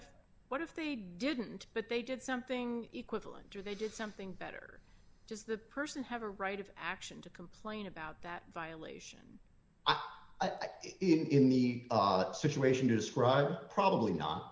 if what if they didn't but they did something equivalent or they did something better does the person have a right of action to complain about that violation i in the situation you describe probably not